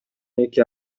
эки